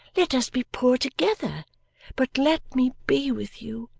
let us be poor together but let me be with you,